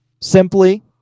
simply